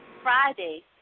Friday